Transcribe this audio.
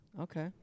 Okay